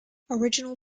original